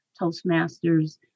Toastmasters